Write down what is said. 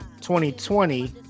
2020